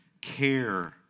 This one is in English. care